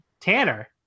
Tanner